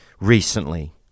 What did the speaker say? recently